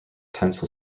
tensile